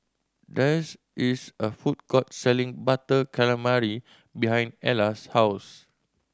there's is a food court selling Butter Calamari behind Ella's house